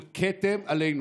זה כתם עלינו.